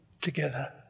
together